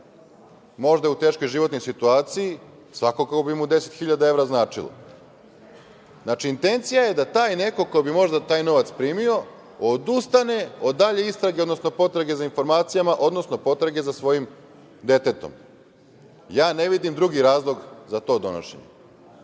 možda je u teškoj životnoj situaciji, svakako bi mu 10.000 evra značilo, znači, intencija je da taj neko ko bi možda taj novac primio odustane od dalje istrage, odnosno potrage za informacijama, odnosno potrage za svojim detetom. Ja ne vidim drugi razlog za to donošenje,